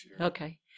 Okay